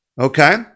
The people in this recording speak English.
Okay